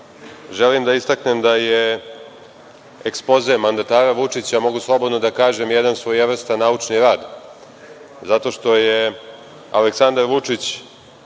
želim da istaknem da je ekspoze mandatara Vučića, mogu slobodno da kažem, jedan svojevrstan naučni rad, zato što se Aleksandar Vučić